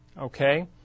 Okay